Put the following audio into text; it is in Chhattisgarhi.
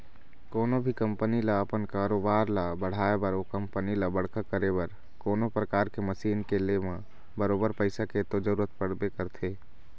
कोनो भी कंपनी ल अपन कारोबार ल बढ़ाय बर ओ कंपनी ल बड़का करे बर कोनो परकार के मसीन के ले म बरोबर पइसा के तो जरुरत पड़बे करथे